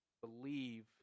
believe